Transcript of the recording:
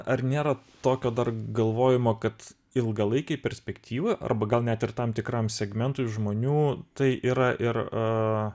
ar nėra tokio dar galvojimo kad ilgalaikėj perspektyvoj arba gal net ir tam tikram segmentui žmonių tai yra ir